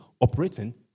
operating